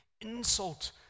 Insult